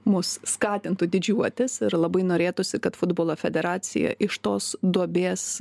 mus skatintų didžiuotis ir labai norėtųsi kad futbolo federacija iš tos duobės